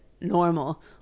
normal